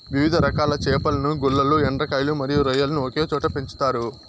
వివిధ రకాల చేపలను, గుల్లలు, ఎండ్రకాయలు మరియు రొయ్యలను ఒకే చోట పెంచుతారు